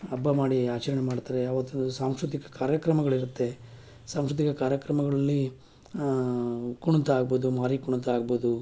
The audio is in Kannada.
ಹಬ್ಬ ಮಾಡಿ ಆಚರಣೆ ಮಾಡ್ತಾರೆ ಅವತ್ತಿನ್ ದಿವಸ ಸಾಂಸ್ಕೃತಿಕ ಕಾರ್ಯಕ್ರಮಗಳಿರುತ್ತೆ ಸಾಂಸ್ಕೃತಿಕ ಕಾರ್ಯಕ್ರಮಗಳಲ್ಲಿ ಕುಣಿತ ಆಗ್ಬೋದು ಮಾರಿ ಕುಣಿತ ಆಗ್ಬೋದು